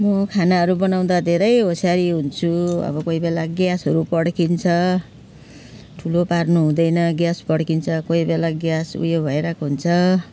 म खानाहरू बनाउँदा धेरै होसियारी हुन्छु अब कोही बेला ग्यासहरू पड्किन्छ ठुलो पार्नु हुँदैन ग्यास पड्किन्छ कोही बेला ग्यास उयो भइरहेको हुन्छ